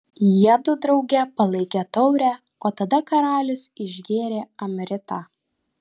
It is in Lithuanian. jiedu drauge palaikė taurę o tada karalius išgėrė amritą